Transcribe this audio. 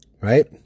Right